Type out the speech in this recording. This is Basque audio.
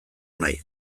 nahi